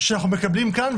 שאנחנו מקבלים כאן,